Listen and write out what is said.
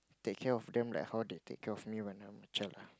take care of them like how they care of me when I was a child